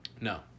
No